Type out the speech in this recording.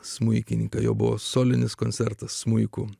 smuikininką jau buvo solinis koncertas smuiku